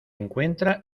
encuentra